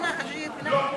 היינו פה כבר פעם.